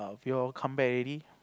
y'all come back already